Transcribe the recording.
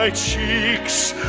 ah cheeks